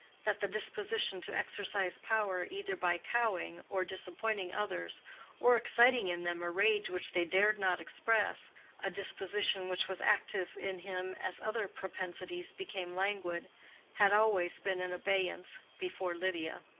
that the disposition to exercise power either by cowing or disappointing others or exciting in them a rage which they dared not express a disposition which was active in him as other propensities became languid had always been in abeyance before lydia.